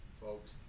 folks